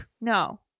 No